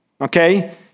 Okay